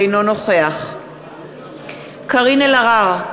אינו נוכח קארין אלהרר,